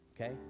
okay